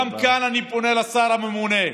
גם כאן אני פונה לשר הממונה: